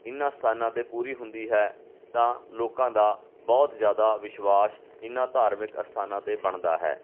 ਇਨ੍ਹਾਂ ਸਥਾਨਾਂ 'ਤੇ ਪੂਰੀ ਹੁੰਦੀ ਹੈ ਤਾਂ ਲੋਕਾਂ ਦਾ ਬਹੁਤ ਜ਼ਿਆਦਾ ਵਿਸ਼ਵਾਸ ਇਹਨਾਂ ਧਾਰਮਿਕ ਅਸਥਾਨਾਂ 'ਤੇ ਬਣਦਾ ਹੈ